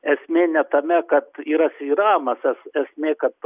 esmė ne tame kad yra svyravimas es esmė kad